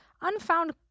unfound